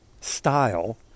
style